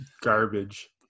garbage